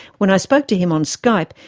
when i spoke to him on skype,